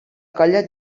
colla